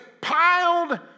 piled